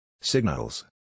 Signals